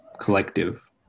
collective